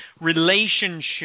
relationship